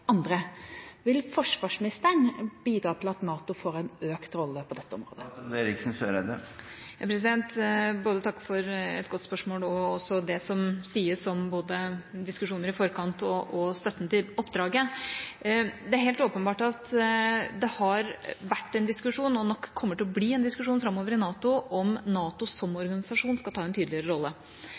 andre. Vil forsvarsministeren bidra til at NATO får en økt rolle på dette området? Jeg vil takke for et godt spørsmål og også for det som sies om både diskusjoner i forkant og støtten til oppdraget. Det er helt åpenbart at det har vært en diskusjon og nok kommer til å bli en diskusjon framover i NATO om NATO som organisasjon skal ta en tydeligere rolle.